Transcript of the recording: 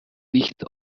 licht